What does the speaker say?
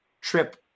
trip